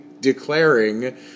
declaring